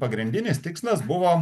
pagrindinis tikslas buvo